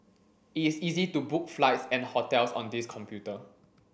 it is easy to book flights and hotels on this computer